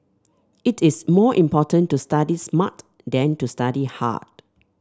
it is more important to study smart than to study hard